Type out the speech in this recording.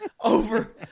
over